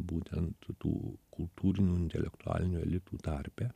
būtent tų kultūrinių intelektualinių elitų tarpe